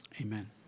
amen